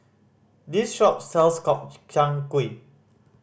this shop sells Gobchang Gui